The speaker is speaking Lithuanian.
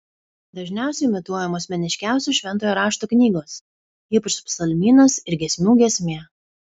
dažniausiai imituojamos meniškiausios šventojo rašto knygos ypač psalmynas ir giesmių giesmė